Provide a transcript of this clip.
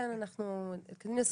כן, אנחנו מתקדמים לסיום.